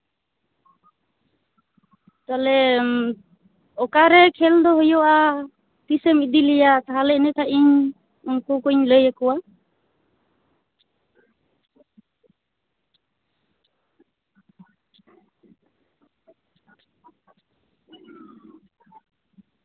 ᱛᱟᱞᱦᱮ ᱚᱠᱟᱨᱮ ᱠᱷᱮᱹᱞ ᱫᱚ ᱦᱩᱭᱩᱜᱼᱟ ᱛᱤᱥᱮᱢ ᱤᱫᱤᱞᱮᱭᱟ ᱛᱟᱦᱞᱮ ᱚᱱᱠᱟ ᱤᱧ ᱩᱱᱠᱩ ᱠᱩᱧ ᱞᱟᱹᱭᱟᱠᱚᱣᱟ